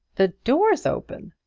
the door's open.